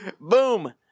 Boom